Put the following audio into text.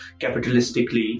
capitalistically